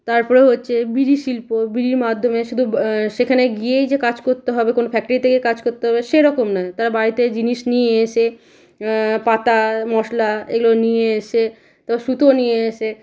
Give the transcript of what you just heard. তার পরেও হচ্ছে বিড়ি শিল্প বিড়ির মাধ্যমে শুধু সেখানে গিয়েই যে কাজ করতে হবে কোনো ফ্যাক্টরিতে গিয়ে কাজ করতে হবে সেরকম না তারা বাড়িতে জিনিস নিয়ে এসে পাতা মশলা এগুলো নিয়ে এসে তো সুতো নিয়ে এসে